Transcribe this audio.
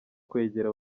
kwegera